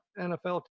NFL